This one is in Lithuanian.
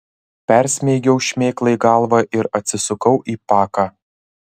persmeigiau šmėklai galvą ir atsisukau į paką